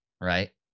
right